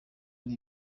ari